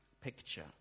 picture